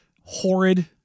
horrid